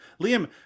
Liam